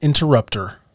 Interrupter